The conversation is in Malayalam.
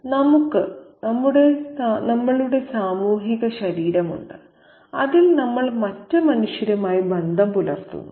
"നമുക്ക് നമ്മളുടെ സാമൂഹിക ശരീരം ഉണ്ട് അതിൽ നമ്മൾ മറ്റ് മനുഷ്യരുമായി ബന്ധം പുലർത്തുന്നു